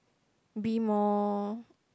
be more